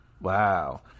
Wow